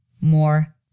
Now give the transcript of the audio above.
more